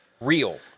real